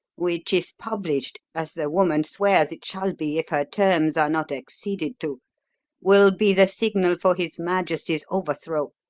which, if published as the woman swears it shall be if her terms are not acceded to will be the signal for his majesty's overthrow.